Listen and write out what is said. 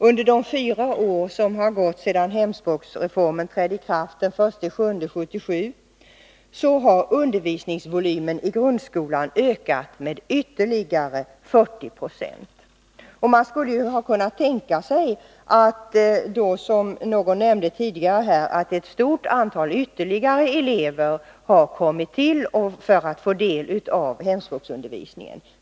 Under de fyra år som gått sedan hemspråksreformen trädde i kraft den 1 juli 1977 har undervisningsvolymen i grundskolan ökat med ytterligare 40 26. Och man kunde då tänka sig — som någon nämnde tidigare — att ett stort antal ytterligare elever har kommit till och fått del av hemspråksundervisningen.